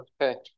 Okay